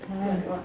it's like what